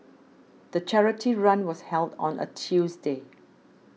the charity run was held on a Tuesday